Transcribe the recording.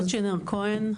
אורלי סטוצ'ינר כהן.